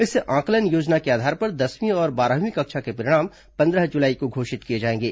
इस आंकलन योजना के आधार पर दसवीं और बारहवीं कक्षा के परिणाम पन्द्रह जुलाई को घोषित किए जाएंगे